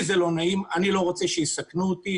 לי זה לא נעים, אני לא רוצה שיסכנו אותי.